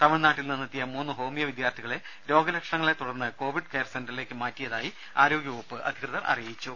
തമിഴ്നാട്ടിൽ നിന്നെത്തിയ മൂന്ന് ഹോമിയോ വിദ്യാർഥികളെ രോഗലക്ഷണങ്ങളെ തുടർന്ന് കോവിഡ് കെയർ സെന്ററിലേക്ക് മാറ്റിയതായി ആരോഗ്യവകുപ്പ് അധികൃതർ അറിയിച്ചു